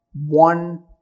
one